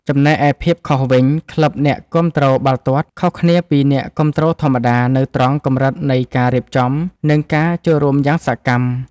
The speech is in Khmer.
ចំណែកឯភាពខុសវិញ ក្លឹបអ្នកគាំទ្របាល់ទាត់ ខុសគ្នាពីអ្នកគាំទ្រធម្មតា នៅត្រង់កម្រិតនៃការរៀបចំ និងការចូលរួមយ៉ាងសកម្ម។